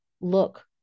look